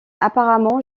apparemment